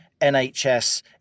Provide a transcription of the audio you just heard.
NHS